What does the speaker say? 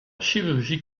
chirurgie